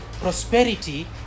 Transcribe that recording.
prosperity